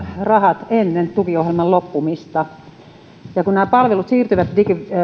rahat ennen tukiohjelman loppumista kun nämä palvelut siirtyvät